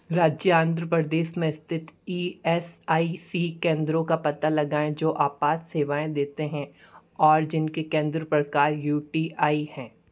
राज्य आंध्र प्रदेश में स्थित ई एस आई सी केंद्रों का पता लगाएँ जो आपात सेवाएँ देते हैं और जिनके केंद्र प्रकार यू टी आई हैं